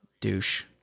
Douche